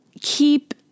keep